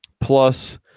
plus